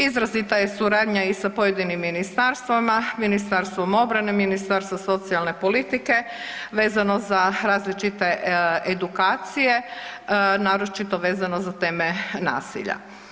Izrazita je suradnja i sa pojedinim ministarstvima, Ministarstvom obrane, Ministarstvo socijalne politike vezano za različite edukacije, naročito vezano za teme nasilja.